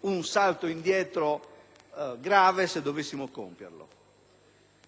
un salto indietro grave se dovessimo compierlo.